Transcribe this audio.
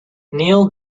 neil